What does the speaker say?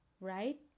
right